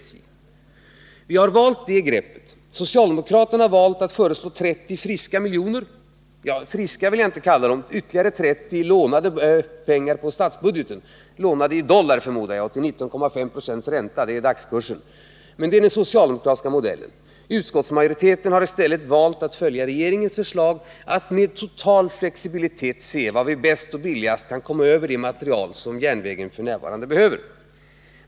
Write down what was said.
45 Vi har valt det greppet. Socialdemokraterna har valt att föreslå 30 friska miljoner — ja, friska vill jag inte kalla dem: ytterligare 30 miljoner på statsbudgeten i lånade pengar, lånade i dollar och till 19,5 26 ränta; det är dagskursen. Det är den socialdemokratiska modellen. Utskottsmajoriteten har stället valt att följa regeringens förslag, att med total flexibilitet se var vi bäst och billigast kan komma över den materiel som järnvägen f.n. behöver.